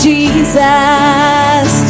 Jesus